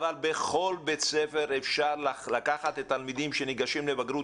בכל בית ספר אפשר לקחת את התלמידים שניגשים לבגרות